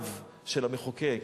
לעיניו של המחוקק,